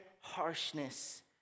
harshness